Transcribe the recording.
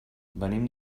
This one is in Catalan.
venim